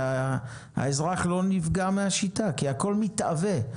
ושהאזרח לא נפגע מהשיטה כי הכול מתהווה.